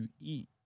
eat